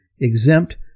exempt